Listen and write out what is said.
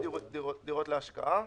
דירות להשקעה.